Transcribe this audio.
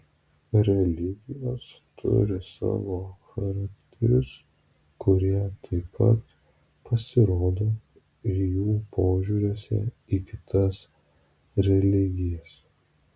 religijos turi savo charakterius kurie taip pat pasirodo ir jų požiūriuose į kitas religijas